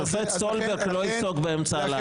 השופט סולברג לא יפסוק באמצע הלילה.